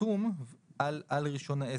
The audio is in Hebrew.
חתום על רישיון העסק.